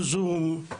בזום,